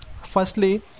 firstly